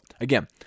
again